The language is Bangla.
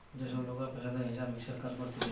যে সব লোকরা পেশাদারি হিসাব মিক্সের কাজ করতিছে